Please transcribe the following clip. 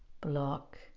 block